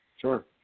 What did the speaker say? Sure